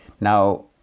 Now